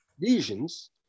lesions